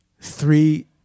three